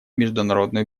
международную